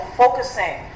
focusing